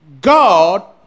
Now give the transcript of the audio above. God